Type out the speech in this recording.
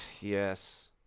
Yes